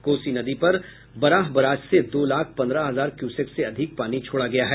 कोसी नदी पर बराह बराज से दो लाख पंद्रह हजार क्यूसेक से अधिक पानी छोडा गया है